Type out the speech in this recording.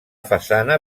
façana